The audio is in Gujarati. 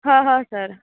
હા હા સર